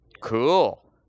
cool